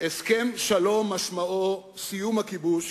הסכם שלום משמעו סיום הכיבוש.